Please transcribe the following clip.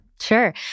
Sure